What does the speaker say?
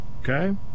Okay